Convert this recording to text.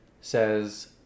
says